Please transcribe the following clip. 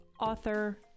author